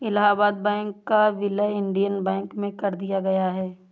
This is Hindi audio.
इलाहबाद बैंक का विलय इंडियन बैंक में कर दिया गया है